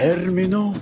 Termino